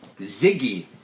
Ziggy